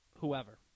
whoever